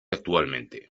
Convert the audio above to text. actualmente